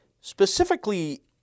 specifically